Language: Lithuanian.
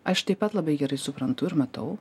aš taip pat labai gerai suprantu ir matau